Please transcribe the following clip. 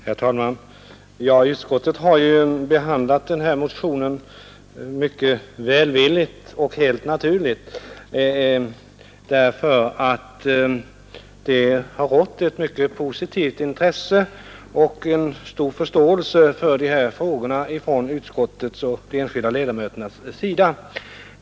Herr talman! Utskottet har behandlat den här motionen mycket välvilligt — helt naturligt, därför att det har rått ett mycket positivt intresse och en stor förståelse för de här frågorna inom utskottet och hos de enskilda ledamöterna.